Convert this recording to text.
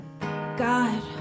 God